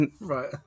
Right